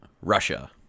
Russia